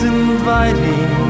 inviting